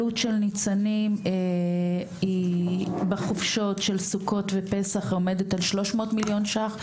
עלות של ניצנים היא בחופשות של סוכות ופסח עומדת על 300 מיליון ש"ח.